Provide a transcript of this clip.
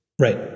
Right